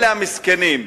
אלה המסכנים.